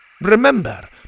Remember